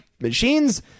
machines